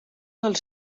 dels